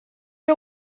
you